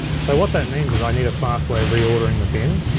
so what that means is i need a fast way of reordering the bin,